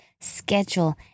schedule